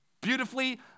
beautifully